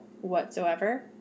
whatsoever